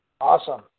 Awesome